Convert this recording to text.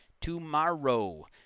tomorrow